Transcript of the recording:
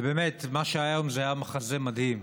ובאמת, מה שהיה היום היה מחזה מדהים.